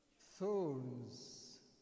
thorns